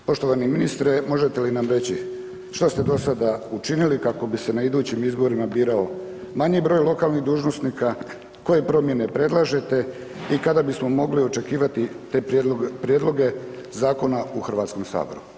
Poštovani ministre, možete li nam reći što ste dosada učinili kako bi se na idućim izborima birao manji broj lokalnih dužnosnika, koje promjene predlažete i kada bismo mogli očekivati te prijedloge zakona u Hrvatskom saboru?